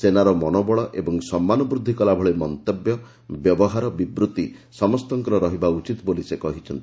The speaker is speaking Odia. ସେନାର ମନୋବଳ ଓ ସମ୍ମାନ ବୃଦ୍ଧି କଲା ଭଳି ମନ୍ତବ୍ୟ ବ୍ୟବହାର ଓ ବିବୃଭି ସମସ୍ତଙ୍କର ରହିବା ଉଚିତ ବୋଲି ସେ କହିଛନ୍ତି